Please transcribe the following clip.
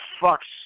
fuck's